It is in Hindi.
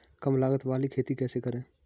कम लागत वाली खेती कैसे करें?